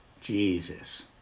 Jesus